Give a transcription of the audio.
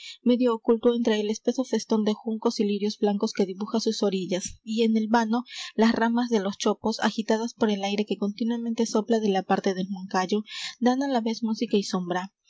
medio oculto entre el espeso festón de juncos y lirios blancos que dibuja sus orillas y en el verano las ramas de los chopos agitadas por el aire que continuamente sopla de la parte del moncayo dan á la vez música y sombra